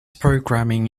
programming